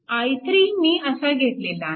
i3 मी असा घेतला आहे